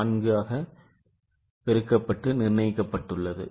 4 ஆகவும் நிர்ணயிக்கப்பட்டுள்ளது